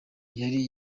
yari